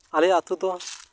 ᱟᱞᱮᱭᱟᱜ ᱟᱛᱳ ᱫᱚ